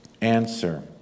Answer